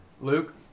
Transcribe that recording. Luke